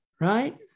right